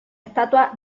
estatua